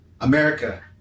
America